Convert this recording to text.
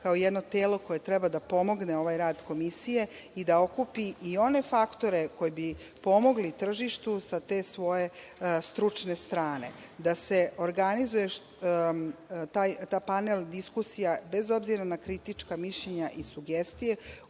kao jedno telo koje treba da pomogne ovaj rad komisije i da okupi i one faktore koje bi pomogli tržištu sa te svoje stručne strane, da se organizuje ta panel diskusija bez obzira na kritička mišljenja i sugestije